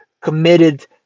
committed